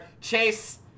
Chase